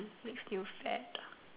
the next new fad